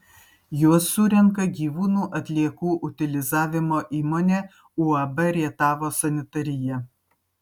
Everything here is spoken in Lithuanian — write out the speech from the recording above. juos surenka gyvūnų atliekų utilizavimo įmonė uab rietavo sanitarija